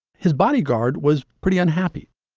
his bodyguard was pretty unhappy